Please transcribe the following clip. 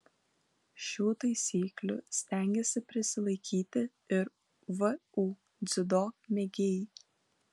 šių taisyklių stengiasi prisilaikyti ir vu dziudo mėgėjai